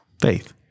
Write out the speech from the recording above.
Faith